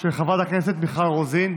של חברת הכנסת מיכל רוזין.